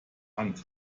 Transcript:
hand